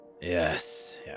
Yes